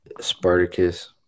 Spartacus